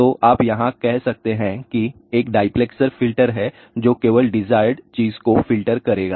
तो आप यहाँ कह सकते हैं कि एक डाईप्लैक्सर फ़िल्टर है जो केवल डिजायर्ड चीज़ को फ़िल्टर करेगा